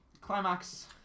Climax